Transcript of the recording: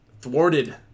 thwarted